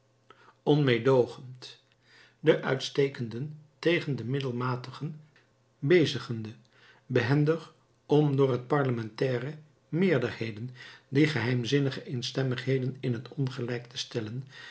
onmeedoogend de uitstekenden tegen de middelmatigen bezigende behendig om door de parlementaire meerderheden die geheimzinnige eenstemmigheden in t ongelijk te stellen